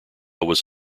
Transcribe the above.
was